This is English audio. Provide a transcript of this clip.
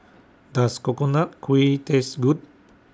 Does Coconut Kuih Taste Good